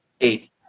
Eight